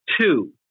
Two